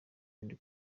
ibindi